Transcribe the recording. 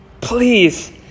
Please